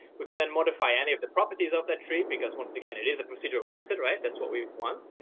we can then modify any of the properties of that tree, because once again, it is a procedural asset, right? that's what we want.